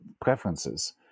preferences